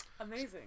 amazing